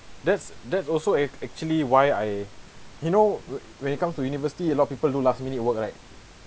that's that also ac~ actually why I you know when it come to university a lot people do last minute work right